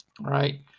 Right